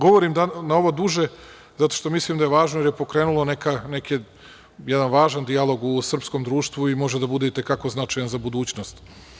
Govorim na ovo duže, zato što mislim da je važno, jer je pokrenulo jedan važan dijalog u srpskom društvu i može da bude i te kako značajan za budućnost.